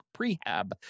prehab